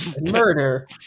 Murder